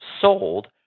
sold